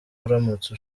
uramutse